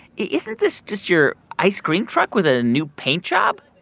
isn't this just your ice cream truck with a new paint job?